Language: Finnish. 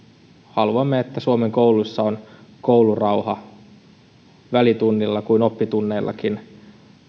haluamme että suomen kouluissa on koulurauha niin välitunneilla kuin oppitunneillakin